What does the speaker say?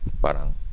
parang